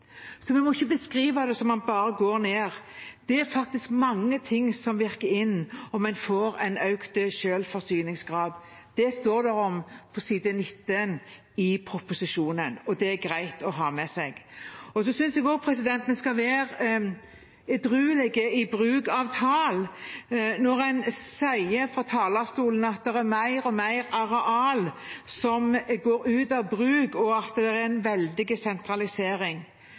som at den bare går ned. Det er faktisk mange ting som virker inn på om en får en økt selvforsyningsgrad. Det står det om på side 19 i proposisjonen, og det er det greit å ha med seg. Jeg synes også at vi skal være edruelige i bruken av tall, når en sier fra talerstolen at det er mer og mer areal som går ut av bruk, og at det er en veldig sentralisering.